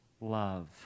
love